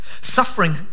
suffering